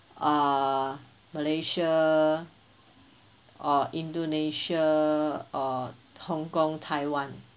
uh malaysia or indonesia or hong kong taiwan